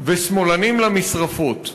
ו"שמאלנים למשרפות".